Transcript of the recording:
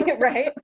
right